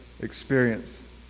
experience